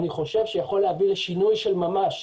אני חושב שיכול להביא לשינוי של ממש